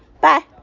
Bye